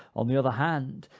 on the other hand,